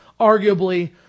arguably